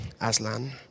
Aslan